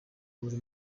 buri